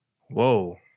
Whoa